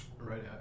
Right